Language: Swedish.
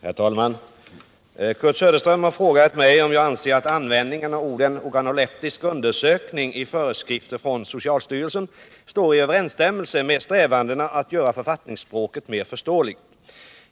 Herr talman! Kurt Söderström har frågat mig om jag anser att användningen av orden organoleptisk undersökning i föreskrifter från socialstyrelsen står i överensstämmelse med strävandena att göra författningsspråket mer förståeligt.